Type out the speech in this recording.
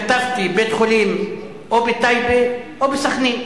כתבתי: בית-חולים או בטייבה או בסח'נין.